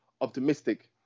optimistic